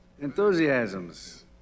enthusiasms